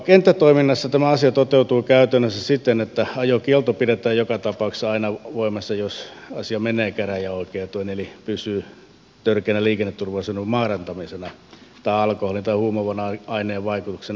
kenttätoiminnassa tämä asia toteutuu käytännössä siten että ajokielto pidetään joka tapauksessa aina voimassa jos asia menee käräjäoikeuteen eli pysyy törkeänä liikenneturvallisuuden vaarantamisena tai alkoholin tai huumaavan aineen vaikutuksen alaisena ajona